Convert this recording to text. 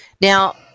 Now